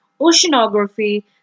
oceanography